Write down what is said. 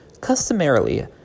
Customarily